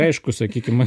aišku sakykime